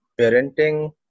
parenting